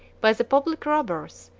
by the public robbers,